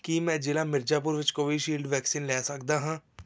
ਕੀ ਮੈਂ ਜ਼ਿਲ੍ਹਾ ਮਿਰਜ਼ਾਪੁਰ ਵਿੱਚ ਕੋਵਿਸ਼ਿਲਡ ਵੈਕਸੀਨ ਲੈ ਸਕਦਾ ਹਾਂ